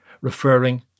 referring